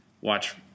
watch